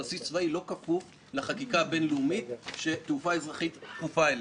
בסיס צבאי לא כפוף לחקיקה בין-לאומית שתעופה אזרחית כפופה אליה.